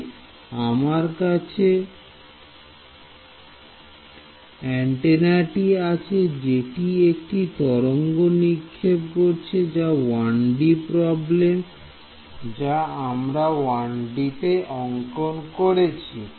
তাই আমার কাছে অ্যান্টেনাটি আছে যেটি একটি তরঙ্গ নিক্ষেপ করছে যা 1D প্রবলেম যা আমরা 1D তে অঙ্কন করব